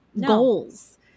goals